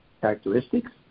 characteristics